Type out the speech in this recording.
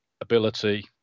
ability